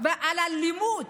ועל אלימות